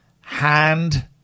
hand